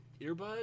earbud